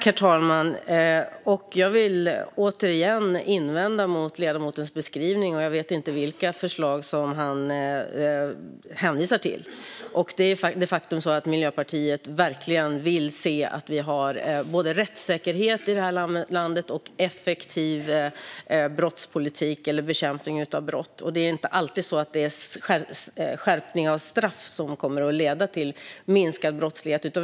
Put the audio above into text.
Herr talman! Jag vill återigen invända mot ledamotens beskrivning. Jag vet inte vilka förslag han hänvisar till. Faktum är att Miljöpartiet verkligen vill se att vi i det här landet har både rättssäkerhet och effektiv bekämpning av brott. Det är inte alltid skärpning av straff som leder till minskad brottslighet.